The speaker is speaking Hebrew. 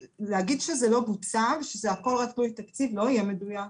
זאת אומרת להגיד שזה לא בוצע ושזה הכל רק תלוי תקציב לא יהיה מדויק.